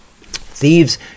Thieves